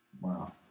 Wow